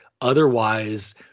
otherwise